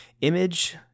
Image